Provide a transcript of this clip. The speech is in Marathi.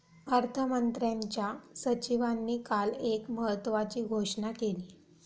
अर्थमंत्र्यांच्या सचिवांनी काल एक महत्त्वाची घोषणा केली